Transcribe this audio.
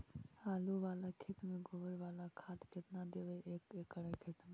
आलु बाला खेत मे गोबर बाला खाद केतना देबै एक एकड़ खेत में?